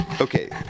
okay